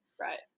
right